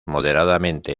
moderadamente